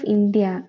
India